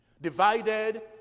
divided